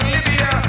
Libya